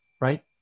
right